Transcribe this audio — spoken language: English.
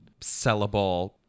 sellable